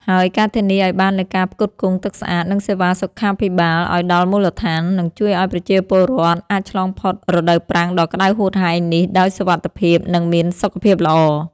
ហើយការធានាឱ្យបាននូវការផ្គត់ផ្គង់ទឹកស្អាត និងសេវាសុខាភិបាលឱ្យដល់មូលដ្ឋាន នឹងជួយឱ្យប្រជាពលរដ្ឋអាចឆ្លងផុតរដូវប្រាំងដ៏ក្ដៅហួតហែងនេះដោយសុវត្ថិភាព និងមានសុខភាពល្អ។